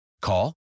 Call